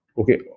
okay